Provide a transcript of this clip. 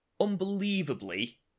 unbelievably